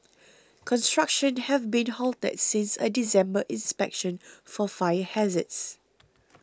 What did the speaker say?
construction have been halted since a December inspection for fire hazards